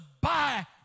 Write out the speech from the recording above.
buy